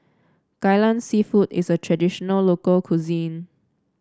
Kai Lan seafood is a traditional local cuisine